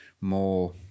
more